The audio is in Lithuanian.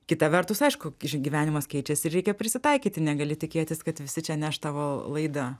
kita vertus aišku gyvenimas keičiasi ir reikia prisitaikyti negali tikėtis kad visi čia neš tavo laidą